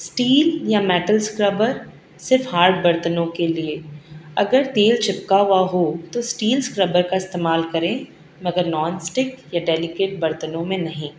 steel یا metal scrubber صرف hard برتنوں کے لیے اگر تیل چپکا ہوا ہو تو اسٹیل اسکربر کا استعمال کریں مگر نان اسٹک یا ڈیلیکیٹ برتنوں میں نہیں